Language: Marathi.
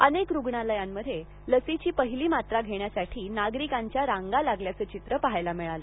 अनेक रुग्णालयांमध्ये लसीची पहिली मात्रा घेण्यासाठी नागरिकांच्या रांगा लागल्याचं चित्र पाहायला मिळालं